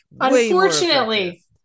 unfortunately